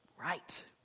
right